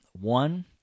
One